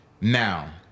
now